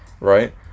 Right